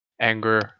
anger